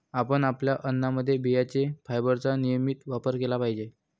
आपण आपल्या अन्नामध्ये बियांचे फायबरचा नियमित वापर केला पाहिजे